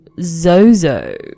Zozo